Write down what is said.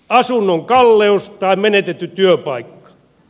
asunnon kalleus tai menetetty työpaikka